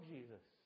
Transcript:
Jesus